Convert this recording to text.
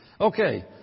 Okay